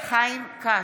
חיים כץ,